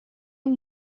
این